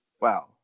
wow